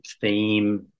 theme